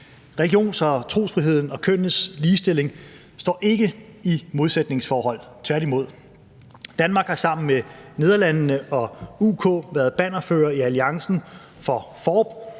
Religions- og trosfriheden og kønnenes ligestilling står ikke i et modsætningsforhold, tværtimod. Danmark har sammen med Nederlandene og UK været bannerfører i alliancen FoRB for